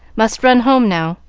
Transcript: must run home now.